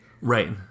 right